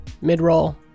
mid-roll